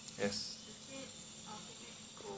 yes